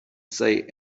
say